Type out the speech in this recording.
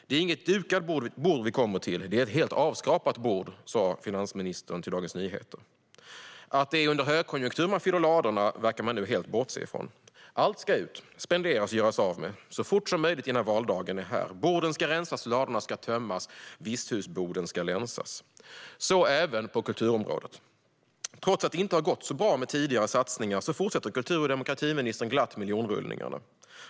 "Det är inget dukat bord vi kommer till - det är helt avskrapat", sa finansministern till Dagens Nyheter. Att det är under högkonjunktur man fyller ladorna verkar man nu helt bortse från. Allt ska ut, spenderas och göras av med, så fort som möjligt innan valdagen är här. Borden ska rensas och ladorna ska tömmas; visthusboden ska länsas. Detta gäller även på kulturområdet. Trots att det inte har gått så bra med tidigare satsningar fortsätter kultur och demokratiministern glatt miljonrullningarna.